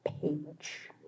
page